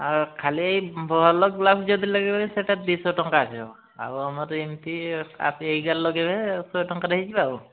ଆଉ ଖାଲି ଏଇ ଭଲ ଗ୍ଲାସ୍ ଯଦି ଲଗାଇପାରିବ ସେଇଟା ଦୁଇଶହ ଟଙ୍କା ଆସିଯିବ ଆଉ ଆମର ଏମିତି ଏଇଗାର ଲଗେଇବେ ଶହେ ଟଙ୍କାରେ ହୋଇଯିବ ଆଉ